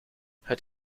het